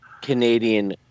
Canadian